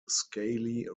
scaly